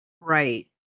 right